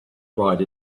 ride